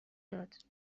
داد